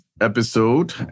episode